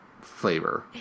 flavor